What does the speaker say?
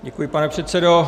Děkuji, pane předsedo.